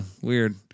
weird